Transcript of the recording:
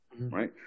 right